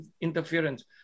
interference